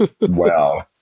Wow